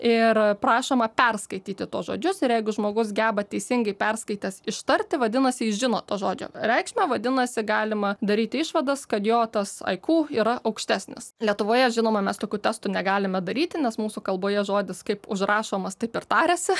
ir prašoma perskaityti tuos žodžius ir jeigu žmogus geba teisingai perskaitęs ištarti vadinasi jis žino to žodžio reikšmę vadinasi galima daryti išvadas kad jo tas aiku yra aukštesnis lietuvoje žinoma mes tokių testų negalime daryti nes mūsų kalboje žodis kaip užrašomas taip ir tariasi